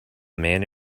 man